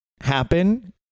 happen